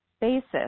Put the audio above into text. basis